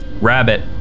Rabbit